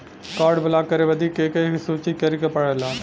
Card block करे बदी के के सूचित करें के पड़ेला?